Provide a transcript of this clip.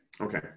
Okay